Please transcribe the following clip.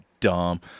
dumb